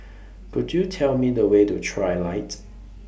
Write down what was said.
Could YOU Tell Me The Way to Trilight